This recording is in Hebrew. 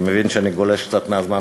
אני מבין שאני גולש קצת מהזמן,